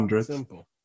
Simple